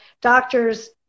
doctors